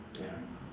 ya